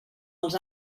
els